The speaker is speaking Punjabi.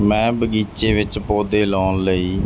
ਮੈਂ ਬਗੀਚੇ ਵਿੱਚ ਪੌਦੇ ਲਾਉਣ ਲਈ